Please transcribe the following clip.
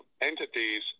entities